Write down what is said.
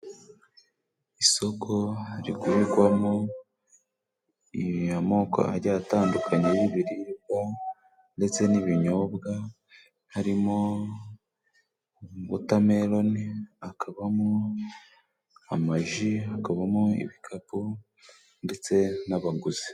Isoko rigurirwamo amoko agiye atandukanye y'ibiribwa ndetse n'ibinyobwa harimo wotameloni, hakabamo amaji, hakabamo ibikapu ndetse n'abaguzi.